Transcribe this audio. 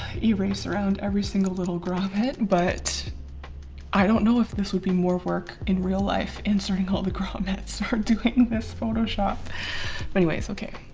you race around every single little grommet but i don't know if this would be more work in real life inserting all the grommets or doing this photoshop anyway, it's okay.